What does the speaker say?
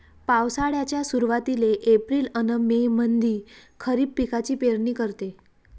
पावसाळ्याच्या सुरुवातीले एप्रिल अन मे मंधी खरीप पिकाची पेरनी करते